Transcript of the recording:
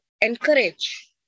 encourage